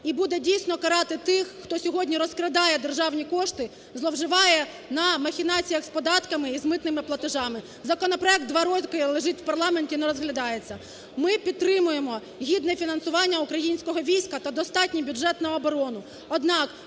і буде дійсно карати тих, хто сьогодні розкрадає державні кошти, зловживає на махінаціях з податками і з митними платежами. Законопроект два роки лежить у парламенті і не розглядається. Ми підтримуємо гідне фінансування українського війська та достатній бюджет на оборону,